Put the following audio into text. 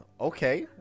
Okay